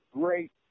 great